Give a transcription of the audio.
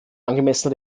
angemessen